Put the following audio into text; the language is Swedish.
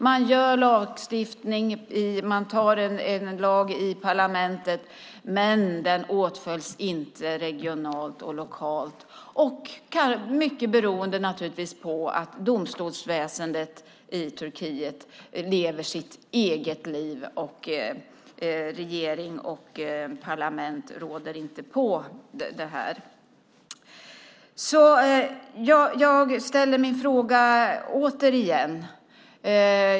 Man antar en lag i parlamentet, men den åtföljs inte regionalt och lokalt. Det är naturligtvis mycket beroende på att domstolsväsendet i Turkiet lever sitt eget liv. Regering och parlament råder inte över det. Jag ställer min fråga återigen.